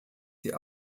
sie